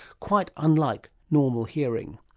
quite unlike normal hearing.